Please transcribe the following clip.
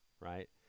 right